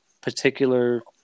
particular